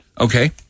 Okay